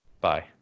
Bye